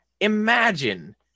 imagine